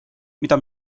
mida